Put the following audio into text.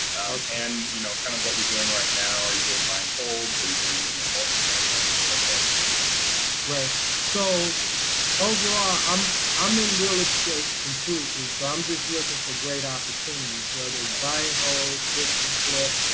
and you know, kind of what you're doing right now are you doing buying polls are you doing you know, multifamily, whatever that is, reginald perryman right. so overall, i'm i'm in real estate completely. so i'm just looking for great opportunities, whether it's buy a home fix and flip.